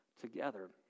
together